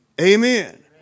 Amen